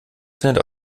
findet